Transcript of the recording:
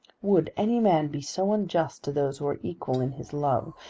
would any man be so unjust to those who are equal in his love,